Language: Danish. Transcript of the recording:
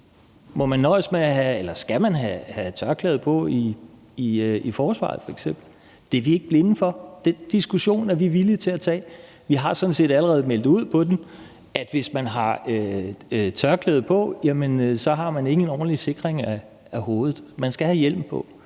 Skal man have tørklæde på i forsvaret, f.eks.? Det er vi ikke blinde for. Den diskussion er vi villige til at tage. Vi har sådan set allerede meldt ud, at hvis man f.eks. har tørklæde på, har man ikke en ordentlig sikring af hovedet, for man skal have hjelm på.